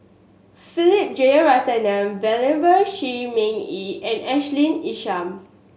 Philip Jeyaretnam Venerable Shi Ming Yi and Ashley Isham